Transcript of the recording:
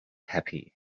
happy